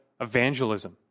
evangelism